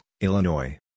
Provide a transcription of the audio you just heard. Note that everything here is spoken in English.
Illinois